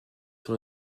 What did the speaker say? sur